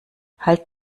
halt